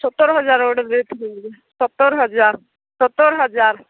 ସତର ହଜାର ଗୋଟେ ସତର ହଜାର ସତର ହଜାର